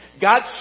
God